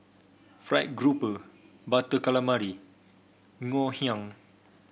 Fried Grouper Butter Calamari Ngoh Hiang